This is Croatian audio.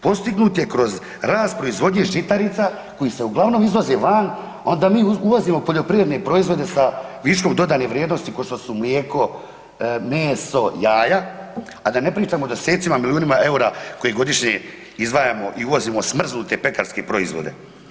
Postignut je kroz rast proizvodnje žitarica koji se uglavnom izvoze van, a onda mi uvozimo poljoprivredne proizvode sa viškom dodane vrijednosti ko što su mlijeko, meso, jaja, a da ne pričam o 10-tcima milijuna EUR-a koji godišnje izdvajamo i uvozimo smrznute pekarske proizvode.